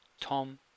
Tom